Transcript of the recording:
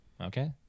okay